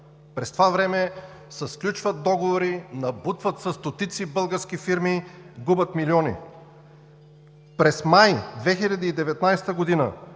През това време се сключват договори, набутват се стотици български фирми, губят милиони. През месец май 2019 г.